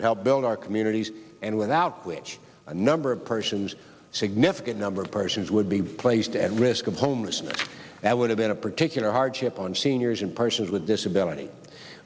that help build our communities and without which a number of persons significant number of persons would be placed at risk of homelessness that would have been a particular hardship on seniors and persons with disability